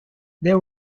there